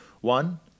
One